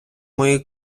мої